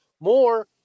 more